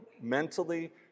mentally